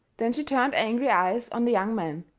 then she turned angry eyes on the young man.